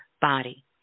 body